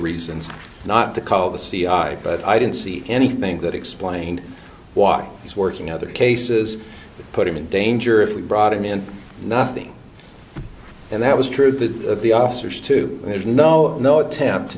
reasons not to call the c i but i didn't see anything that explained why he's working other cases that put him in danger if we brought him in nothing and that was true that the officers to there's no no attempt to